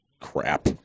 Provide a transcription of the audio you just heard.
crap